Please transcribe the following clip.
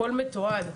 הכל מתועד,